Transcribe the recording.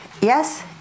yes